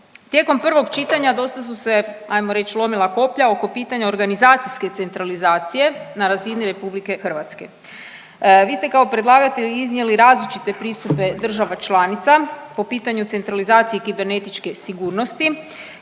Tijekom prvog čitanja dosta su se ajmo reć lomila koplja oko pitanja organizacijske centralizacija na razini RH. Vi ste kao predlagatelj iznijeli različite pristupe država članica po pitanju centralizacije kibernetičke sigurnosti